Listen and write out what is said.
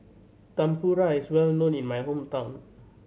tempura is well known in my hometown